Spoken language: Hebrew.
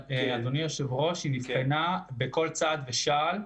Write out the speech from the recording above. אדוני היושב-ראש, היא נבחנה בכל צעד ושעל.